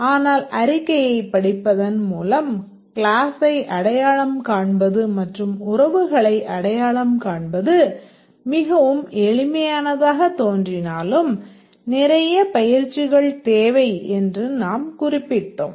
ஆனால் ஒரு அறிக்கையைப் படிப்பதன் மூலம் கிளாசை அடையாளம் காண்பது மற்றும் உறவுகளை அடையாளம் காண்பது மிகவும் எளிமையானதாகத் தோன்றினாலும் நிறைய பயிற்சிகள் தேவை என்று நாம் குறிப்பிட்டோம்